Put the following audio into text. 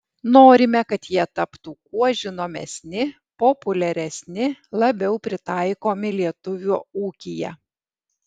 norime kad jie taptų kuo žinomesni populiaresni labiau pritaikomi lietuvio ūkyje